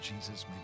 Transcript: Jesus